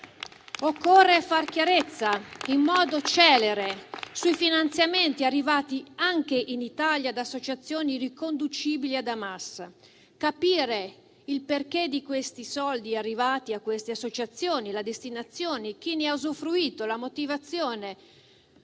Occorre far chiarezza in modo celere sui finanziamenti arrivati anche in Italia da associazioni riconducibili ad Hamas; occorre capire il perché di questi soldi arrivati a queste associazioni, la destinazione, chi ne ha usufruito, la motivazione,